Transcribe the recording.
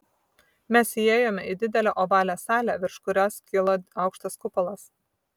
mes įėjome į didelę ovalią salę virš kurios kilo aukštas kupolas